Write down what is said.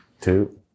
Two